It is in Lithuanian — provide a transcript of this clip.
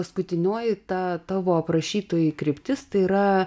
paskutinioji ta tavo aprašytoji kryptis tai yra